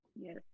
Yes